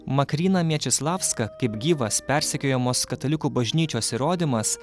makryna miečeslavska kaip gyvas persekiojamos katalikų bažnyčios įrodymas